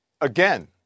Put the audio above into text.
Again